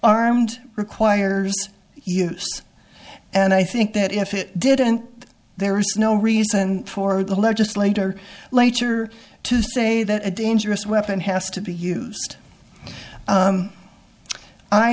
armed requires you and i think that if it didn't there is no reason for the legislator later to say that a dangerous weapon has to be used